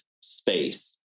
space